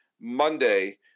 Monday